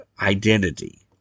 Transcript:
identity